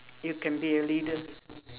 you can be a leader